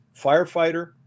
Firefighter